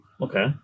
Okay